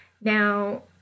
now